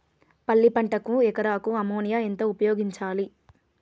పల్లి పంటకు ఎకరాకు అమోనియా ఎంత ఉపయోగించాలి?